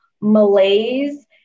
malaise